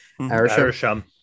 Arisham